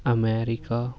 America